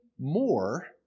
more